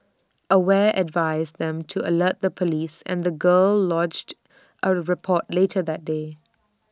aware advised them to alert the Police and the girl lodged A report later that day